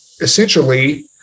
essentially